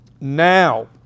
Now